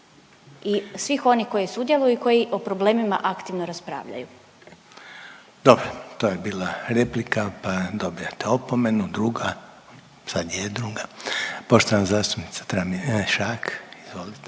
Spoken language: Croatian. i svih onih koji sudjeluju i koji o problemima aktivno raspravljaju. **Reiner, Željko (HDZ)** Dobro, to je bila replika, pa dobijate opomenu, druga, sad je druga. Poštovana zastupnica Tramišak, izvolite.